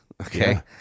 okay